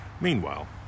Meanwhile